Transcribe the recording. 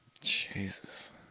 Jesus